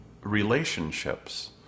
relationships